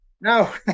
no